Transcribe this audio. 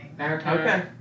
Okay